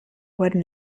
wurden